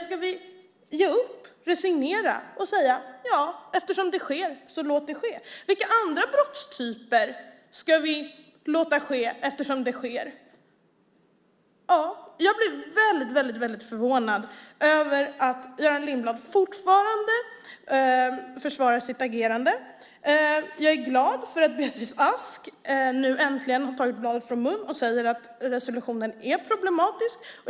Ska vi ge upp, resignera och säga: Ja, eftersom det sker, så låt det ske? Vilka andra brottstyper ska vi låta ske eftersom de sker? Jag blir väldigt förvånad över att Göran Lindblad fortfarande försvarar sitt agerande. Jag är glad för att Beatrice Ask nu äntligen tar bladet från mun och säger att resolutionen är problematisk.